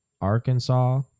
Arkansas